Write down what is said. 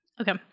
Okay